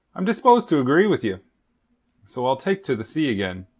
i'm disposed to agree with you so i'll take to the sea again.